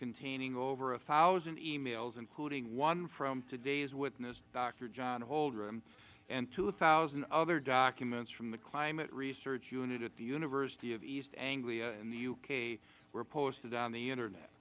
containing over one thousand e mails including one from today's witness doctor john holdren and two thousand other documents from the climate research unit at the university of east anglia in the uk were posted on the internet